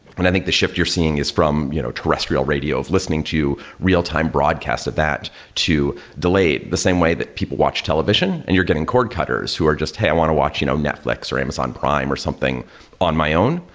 and i think the shift you're seeing is from you know terrestrial radio of listening to real-time broadcast of that to delayed. the same way that people watch television, and you're getting cord cutters who are just, hey, i want to watch it on you know netflix or amazon prime or something on my own.